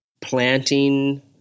Planting